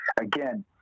again